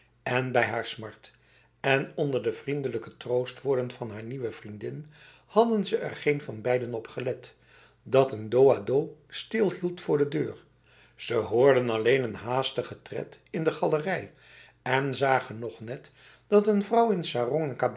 en bij haar smart en onder de vriendelijke troostwoorden van haar nieuwe vriendin hadden ze er geen van beiden op gelet dat een dos a dos stilhield voor de deur ze hoorden alleen een haastige tred in de galerij en zagen nog net dat een vrouw